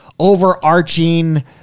overarching